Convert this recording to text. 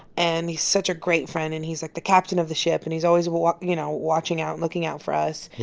and he's such a great friend. and he's like the captain of the ship. and he's always watch you know, watching out and looking out for us.